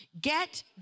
Get